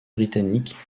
britanniques